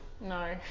No